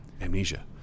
Amnesia